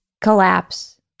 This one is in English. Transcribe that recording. collapse